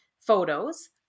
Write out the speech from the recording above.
photos